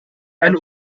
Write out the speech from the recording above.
eine